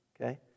okay